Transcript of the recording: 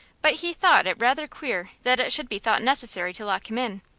but he thought it rather queer that it should be thought necessary to lock him in.